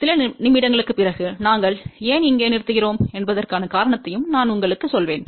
சில நிமிடங்களுக்குப் பிறகு நாங்கள் ஏன் இங்கே நிறுத்துகிறோம் என்பதற்கான காரணத்தையும் நான் உங்களுக்குச் சொல்வேன்